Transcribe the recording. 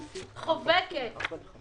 חברת קיבוץ כפר עזה,